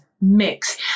mix